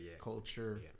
culture